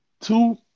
two